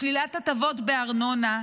שלילת הטבות בארנונה,